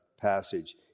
passage